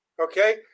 okay